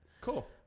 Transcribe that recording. Cool